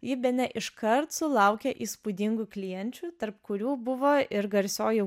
ji bene iškart sulaukė įspūdingų klienčių tarp kurių buvo ir garsioji